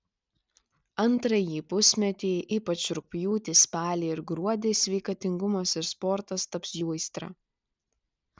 antrąjį pusmetį ypač rugpjūtį spalį ir gruodį sveikatingumas ir sportas taps jų aistra